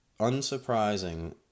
unsurprising